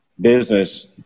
business